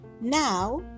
Now